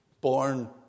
born